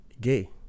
gay